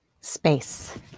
Space